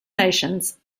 nations